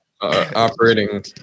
operating